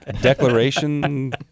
Declaration